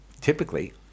typically